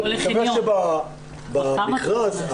המכרז,